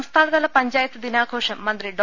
സംസ്ഥാനതല പഞ്ചായത്ത് ദ്ദിനാഘോഷം മന്ത്രി ഡോ